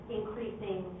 increasing